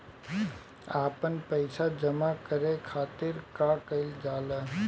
आपन पइसा जमा करे के खातिर का कइल जाइ?